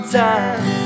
time